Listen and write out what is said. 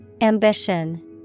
Ambition